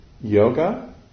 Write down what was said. Yoga